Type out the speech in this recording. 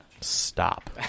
Stop